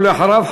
ואחריו,